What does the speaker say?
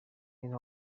این